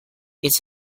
it’s